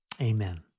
Amen